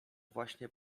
właśnie